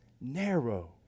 narrow